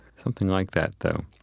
something like that, though.